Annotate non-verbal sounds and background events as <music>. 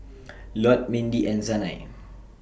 <noise> Lott Mindy and Sanai